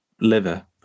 liver